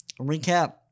Recap